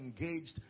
engaged